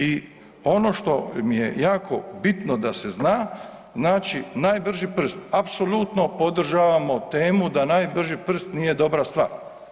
I ono što mi je jako bitno da se zna, znači najbrži prst, apsolutno podržavamo temu da najbrži prst nije dobra stvar.